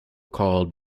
called